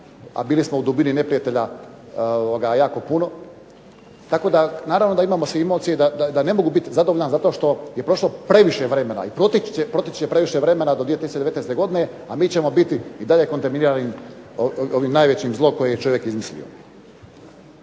a bili smo u dubini neprijatelja jako puno. Naravno da imamo svi emocije i da ne mogu biti zadovoljan zato što je prošlo previše vremena i proteći će previše vremena do 2019. godine, a mi ćemo biti i dalje kontaminirani ovim najvećim zlom koji je čovjek izmislio.